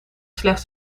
slechts